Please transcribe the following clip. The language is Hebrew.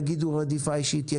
יגידו רדיפה אישית,